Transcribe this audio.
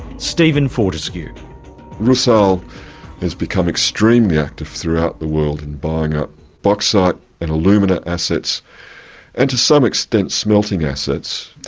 stephen fortescue rusal has become extremely active throughout the world in buying up bauxite and alumina assets and to some extent smelting assets.